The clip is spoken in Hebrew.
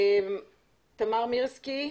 תמר מירסקי,